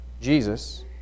Jesus